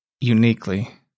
uniquely